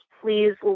please